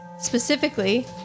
specifically